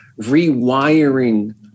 rewiring